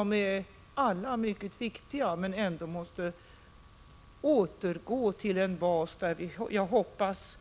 De är alla mycket viktiga, men de måste ändå återföras till en bas för vilken jag hoppas